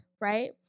Right